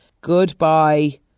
goodbye